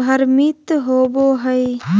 भ्रमित होबो हइ